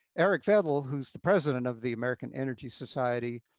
eric vettel, who's the president of the american energy society,